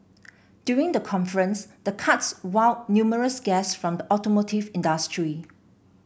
during the conference the karts wowed numerous guests from the automotive industry